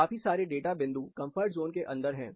काफी सारे डाटा बिंदु कंफर्ट जोन के अंदर है